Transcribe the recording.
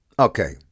Okay